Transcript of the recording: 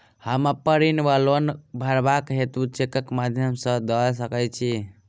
हम अप्पन ऋण वा लोन भरबाक हेतु चेकक माध्यम सँ दऽ सकै छी?